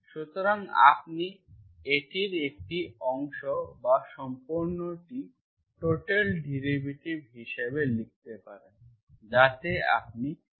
সুতরাং আপনি এটির একটি অংশ বা সম্পূর্ণটা টোটাল ডেরিভেটিভ হিসাবে লিখতে পারেন যাতে আপনি ইন্টিগ্রেট করতে পারেন